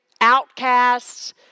outcasts